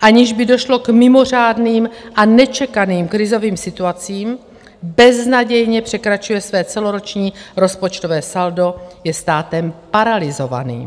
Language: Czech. aniž by došlo k mimořádným a nečekaným krizovým situacím, beznadějně překračuje své celoroční rozpočtové saldo, je státem paralyzovaným.